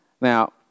Now